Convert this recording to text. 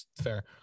fair